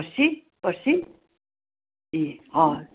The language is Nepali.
पर्सि पर्सि ए हवस्